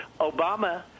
Obama